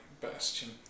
bastion